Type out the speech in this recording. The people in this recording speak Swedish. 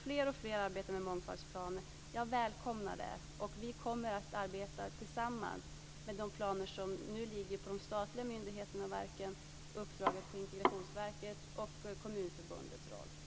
Fler och fler arbetar alltså med mångfaldsplaner. Jag välkomnar det, och vi kommer att arbeta tillsammans med de planer som nu ligger på de statliga myndigheterna och verken, med uppdraget till Integrationsverket och med Kommunförbundets roll.